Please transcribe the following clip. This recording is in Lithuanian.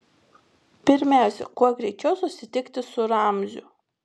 pirmiausia kuo greičiau susitikti su ramziu